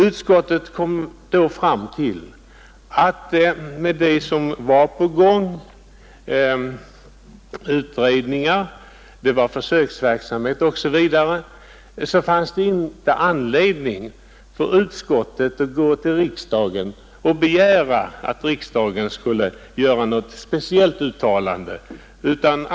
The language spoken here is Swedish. Utskottet kom då fram till att det var tillräckligt med den verksamhet som var i gång — utredningar, försöksverksamhet m.m. — och att det inte fanns anledning för utskottet att begära att riksdagen skulle göra något speciellt uttalande.